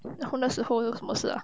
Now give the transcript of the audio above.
然后那时候有什么事啊